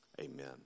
amen